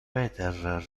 peter